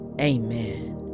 amen